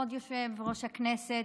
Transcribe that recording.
כבוד יושב-ראש הכנסת,